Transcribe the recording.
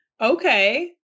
Okay